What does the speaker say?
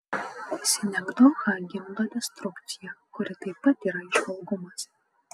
sinekdocha gimdo destrukciją kuri taip pat yra įžvalgumas